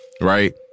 Right